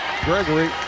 Gregory